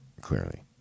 clearly